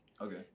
okay